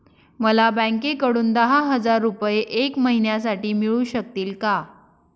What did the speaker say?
मला बँकेकडून दहा हजार रुपये एक महिन्यांसाठी मिळू शकतील का?